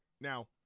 Now